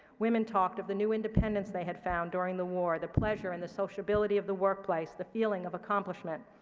women talked of the new independence they had found during the war, the pleasure and the sociability of the workplace, the feeling of accomplishment.